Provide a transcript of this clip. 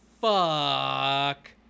fuck